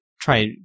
Try